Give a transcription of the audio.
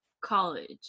college